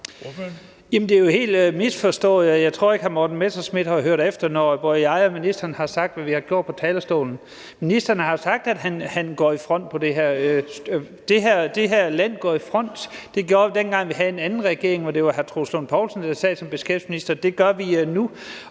har helt misforstået det, og jeg tror ikke, at hr. Morten Messerschmidt har hørt efter, når både jeg og ministeren har sagt, hvad vi har gjort, på talerstolen. Ministeren har sagt, at han og det her land går i front. Det gjorde vi, dengang vi havde en anden regering, hvor det var hr. Troels Lund Poulsen, der sad som beskæftigelsesminister, og det gør vi nu,